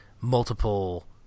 multiple